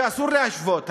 ואסור להשוות,